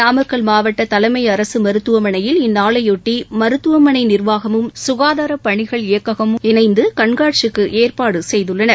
நாமக்கல் மாவட்ட தலைமை அரசு மருத்துவமனையில் இந்நாளையொட்டி மருத்துவமனை நிர்வாகமும் சுகாதார பணிகள் இயக்கமும் இணைந்து கண்காட்சிக்கு ஏற்பாடு செய்துள்ளன